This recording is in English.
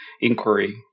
inquiry